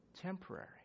temporary